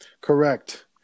Correct